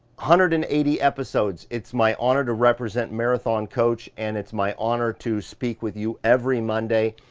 hundred and eighty episodes, it's my honor to represent marathon coach, and it's my honor to speak with you every monday.